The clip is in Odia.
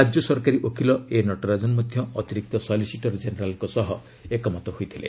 ରାଜ୍ୟ ସରକାରୀ ଓକିଲ ଏ ନଟରାଜନ ମଧ୍ୟ ଅତିରିକ୍ତ ସଲିସିଟର କେନେରାଲ୍ଙ୍କ ସହ ଏକମତ ହୋଇଥିଲେ